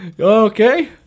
Okay